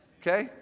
Okay